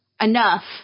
enough